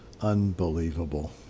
Unbelievable